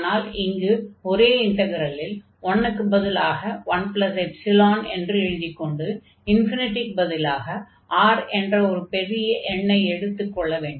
ஆனால் இங்கு ஒரே இன்டக்ரலில் 1 க்குப் பதிலாக 1ϵ என்று எழுதிக் கொண்டு க்குப் பதிலாக R என்ற ஒரு பெரிய எண்ணை எடுத்துக் கொள்ள வேண்டும்